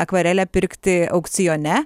akvarelę pirkti aukcione